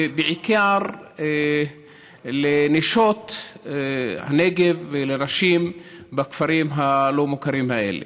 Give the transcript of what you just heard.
בעיקר לנשות הנגב ולנשים בכפרים הלא-מוכרים האלה.